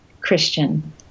Christian